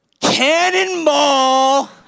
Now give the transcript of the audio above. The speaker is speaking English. cannonball